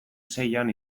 seian